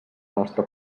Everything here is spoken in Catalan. nostra